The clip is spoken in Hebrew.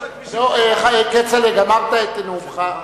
כצל'ה, גמרת את נאומך.